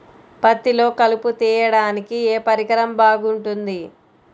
పత్తిలో కలుపు తీయడానికి ఏ పరికరం బాగుంటుంది?